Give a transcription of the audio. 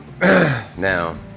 now